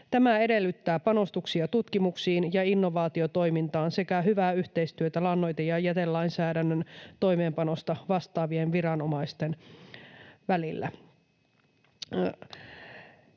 Tämä edellyttää panostuksia tutkimuksiin ja innovaatiotoimintaan sekä hyvää yhteistyötä lannoite- ja jätelainsäädännön toimeenpanosta vastaavien viranomaisten välillä.